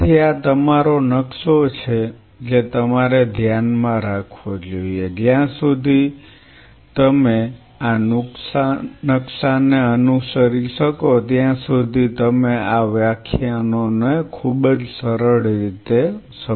તેથી આ તમારો નકશો છે જે તમારે ધ્યાનમાં રાખવો જોઈએ જ્યાં સુધી તમે આ નકશાને અનુસરી શકો ત્યાં સુધી તમે આ વ્યાખ્યાનોને ખૂબ જ સરળ રીતે સમજી શકશો